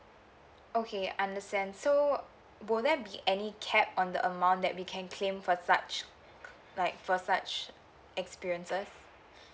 okay understand so would there be any cap on the amount that we can claim for such like for such experiences